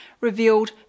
revealed